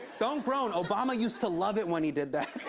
don't groan. obama used to love it when he did that.